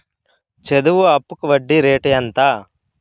చదువు అప్పుకి వడ్డీ రేటు ఎంత?